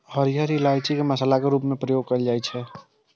हरियर इलायची के मसाला के रूप मे उपयोग कैल जाइ छै